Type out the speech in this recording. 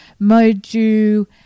Moju